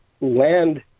Land